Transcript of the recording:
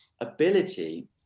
ability